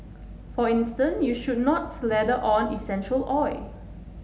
for instance you should not slather on essential oil